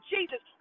Jesus